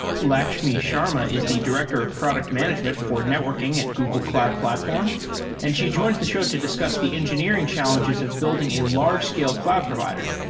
lakshmi sharma is the director of product management for networking at google cloud platform and she joins the show to discuss the engineering challenges of building a large scale cloud provider,